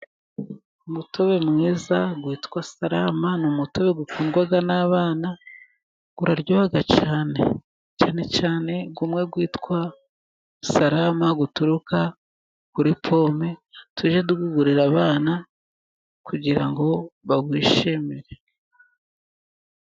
Umutobe mwiza witwa sarama ni umutobe bakundwa n'abana, uraryoha cyane, cyane cyane ngo umwe uwitwa sarama uturuka kuri pome, tujye tuwugaburira abana kugira ngo bawishimire.